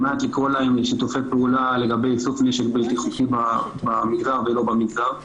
על מנת לקרוא להם לשיתוף פעולה לגבי איסוף נשק ביתי ב --- ולא במגזר.